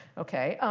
ok.